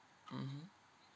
mmhmm